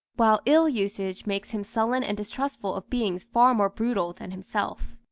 while ill-usage makes him sullen and distrustful of beings far more brutal than himself.